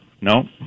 No